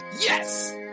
Yes